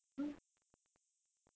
uh